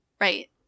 Right